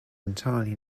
entirely